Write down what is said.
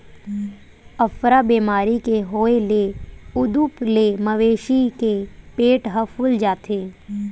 अफरा बेमारी के होए ले उदूप ले मवेशी के पेट ह फूल जाथे